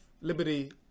liberty